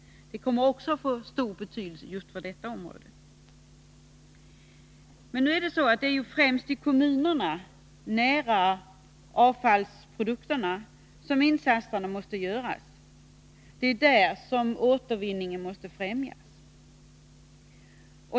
Det kommer att få stor betydelse för detta område. Men det är ju främst i kommunerna — nära avfallsprodukterna — som insatserna måste göras, som återvinningen måste främjas.